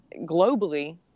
globally